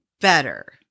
better